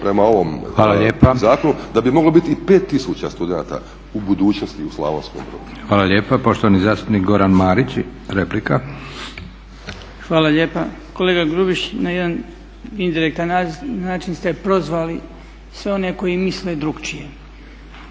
prema ovom zakonu da bi moglo biti i 5 tisuća studenata u budućnosti u Slavonskom Brodu. **Leko, Josip (SDP)** Hvala lijepa. Poštovani zastupnik Goran Marić replika. **Marić, Goran (HDZ)** Hvala lijepa. Kolega Grubišić, na jedan indirektan način ste prozvali sve one koji misle drukčije.